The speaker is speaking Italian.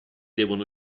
devono